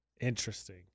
Interesting